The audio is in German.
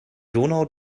donau